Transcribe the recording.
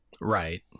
Right